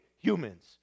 humans